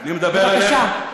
בבקשה,